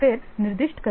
फिर निर्दिष्ट करें